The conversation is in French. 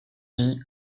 gui